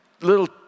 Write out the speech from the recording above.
Little